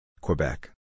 Quebec